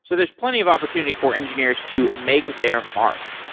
so there's plenty of opportunity for engineers to make their mark.